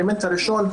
האלמנט הראשון,